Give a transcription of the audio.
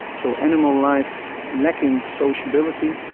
so animal life, lacking sociability,